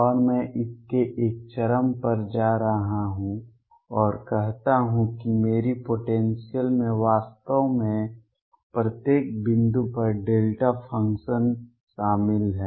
और मैं इसमें एक चरम पर जा रहा हूं और कहता हूं कि मेरी पोटेंसियल में वास्तव में प्रत्येक बिंदु पर डेल्टा फ़ंक्शन शामिल हैं